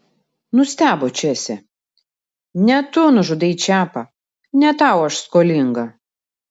nustebo česė ne tu nužudei čepą ne tau aš skolinga